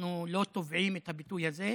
אנחנו לא טובעים את הביטוי הזה,